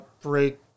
break